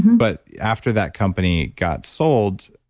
but after that company got sold,